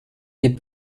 des